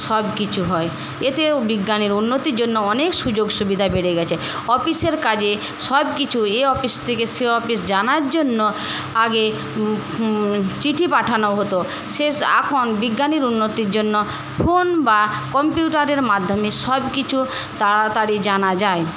সব কিছু হয় এতেও বিজ্ঞানের উন্নতির জন্য অনেক সুযোগ সুবিধা বেড়ে গেছে অফিসের কাজে সবকিছু এ অফিস থেকে সে অফিস জানার জন্য আগে চিঠি পাঠানো হত সে এখন বিজ্ঞানের উন্নতির জন্য ফোন বা কম্পিউটারের মাধ্যমে সব কিছু তাড়াতাড়ি জানা যায়